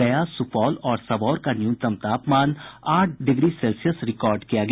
गया सुपौल और सबौर का न्यूनतम तापमान आठ डिग्री सेल्सियस रिकॉर्ड किया गया